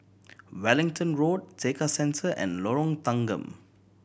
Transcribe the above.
Wellington Road Tekka Centre and Lorong Tanggam